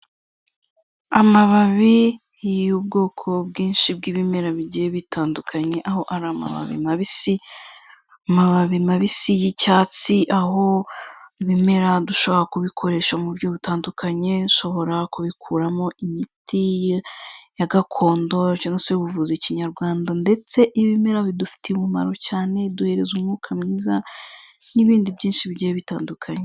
Amababi y'ubwoko bwinshi bw'ibimera bigiye bitandukanye aho ari amababi mabisi, amababi mabisi y'icyatsi aho ibimera dushobora kubikoresha mu buryo butandukanye, ushobora kubikuramo imiti ya gakondo, cyangwa se ubuvuzi Kinyarwanda ndetse ibimera bidufitiye umumaro cyane biduhereza umwuka mwiza n'ibindi byinshi bigiye bitandukanye.